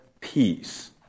peace